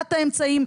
דלת האמצעים,